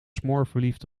smoorverliefd